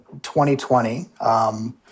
2020